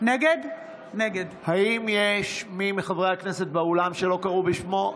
נגד האם יש מי מחברי הכנסת שלא קראו בשמו?